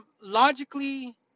logically